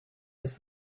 his